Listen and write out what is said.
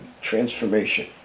transformation